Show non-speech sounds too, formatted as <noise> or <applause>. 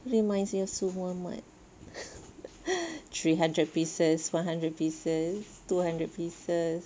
re~ reminds me of Su Mamat <laughs> three hundred pieces five hundred pieces two hundred pieces